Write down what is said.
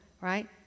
right